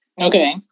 Okay